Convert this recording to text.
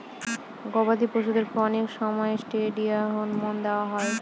গবাদি পশুদেরকে অনেক সময় ষ্টিরয়েড হরমোন দেওয়া হয়